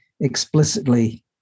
explicitly